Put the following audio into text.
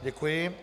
Děkuji.